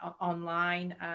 online